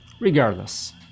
regardless